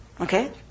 Okay